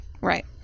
Right